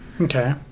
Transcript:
Okay